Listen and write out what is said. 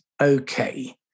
Okay